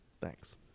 Thanks